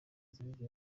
serge